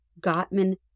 Gottman